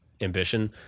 ambition